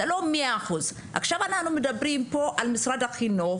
זה לא 100%. עכשיו אנחנו מדברים פה על משרד החינוך